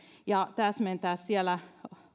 ja täsmentää siellä